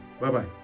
Bye-bye